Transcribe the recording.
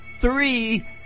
three